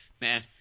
man